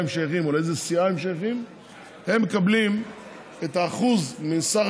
הם שייכים או לאיזו סיעה הם שייכים מקבלים את האחוז מכלל